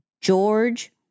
george